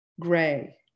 gray